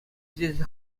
тесе